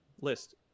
list